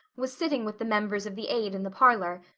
was sitting with the members of the aid in the parlor,